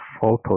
photos